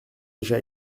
déjà